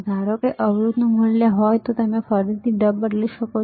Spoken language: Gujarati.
ધારો કે અવરોધ નું ઊંચું મૂલ્ય હોય તો તમે ફરીથી ઢબ બદલી શકો છો